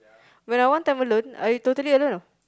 when I want time alone I totally alone ah